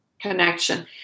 connection